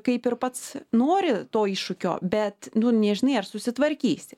kaip ir pats nori to iššūkio bet nu nežinai ar susitvarkysi